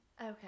Okay